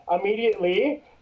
immediately